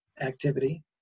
activity